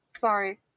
Sorry